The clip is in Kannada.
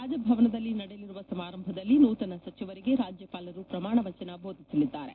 ರಾಜಭವನದಲ್ಲಿ ನಡೆಯಲಿರುವ ಸಮಾರಂಭದಲ್ಲಿ ನೂತನ ಸಚಿವರಿಗೆ ರಾಜ್ಯವಾಲರು ಪ್ರಮಾಣವಚನ ಬೋಧಿಸಲಿದ್ದಾರೆ